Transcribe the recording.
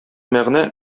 мәгънә